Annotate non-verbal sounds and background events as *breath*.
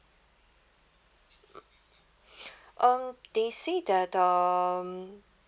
*breath* um they say that um